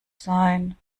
sein